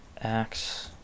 axe